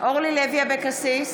אורלי לוי אבקסיס,